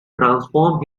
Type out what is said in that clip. transform